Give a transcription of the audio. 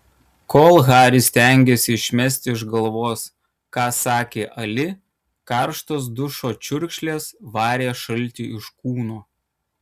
kol haris stengėsi išmesti iš galvos ką sakė ali karštos dušo čiurkšlės varė šaltį iš kūno